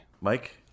Mike